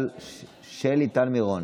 שלי טל מירון,